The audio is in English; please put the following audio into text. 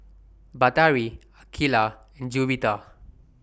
Batari Aqeelah and Juwita